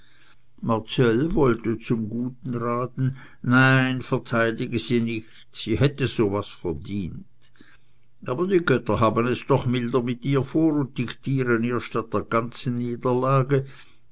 marcell wollte zum guten reden nein verteidige sie nicht sie hätte so was verdient aber die götter haben es doch milder mit ihr vor und diktieren ihr statt der ganzen niederlage